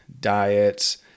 diets